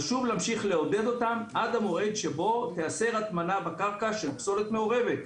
חשוב לעודד אותם עד המועד שבו תיאסר הטמנה בקרקע של פסולת מעורבת.